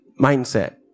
mindset